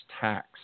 tax